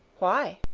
why?